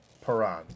Paran